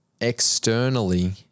externally